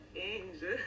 angel